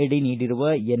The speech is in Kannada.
ಅಡಿ ನೀಡಿರುವ ಎನ್